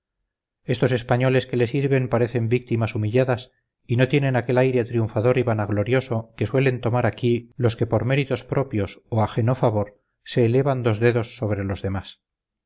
estos españoles que le sirven parecen víctimas humilladas y no tienen aquel aire triunfador y vanaglorioso que suelen tomar aquí los que por méritos propios o ajeno favor se elevan dos dedos sobre los demás